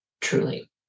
truly